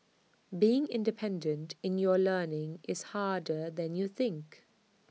being independent in your learning is harder than you think